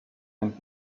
and